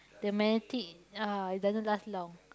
the magnetic ah it doesn't last long